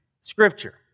Scripture